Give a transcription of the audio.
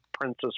Princess